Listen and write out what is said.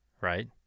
right